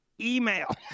email